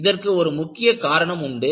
இதற்கு ஒரு முக்கிய காரணம் உண்டு